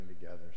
together